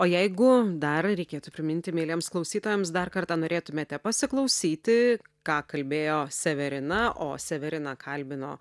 o jeigu dar reikėtų priminti mieliems klausytojams dar kartą norėtumėte pasiklausyti ką kalbėjo severina o severiną kalbino